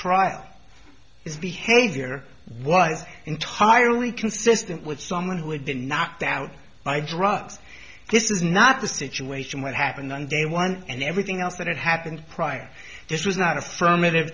trial his behavior was entirely consistent with someone who had been knocked down by drugs this is not the situation what happened on day one and everything else that happened prior this was not affirmative